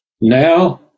now